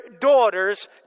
daughters